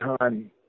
time